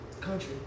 country